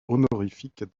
honorifiques